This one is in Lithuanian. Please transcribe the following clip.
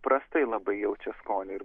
prastai labai jaučia skonį ir